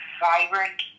vibrant